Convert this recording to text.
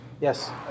Yes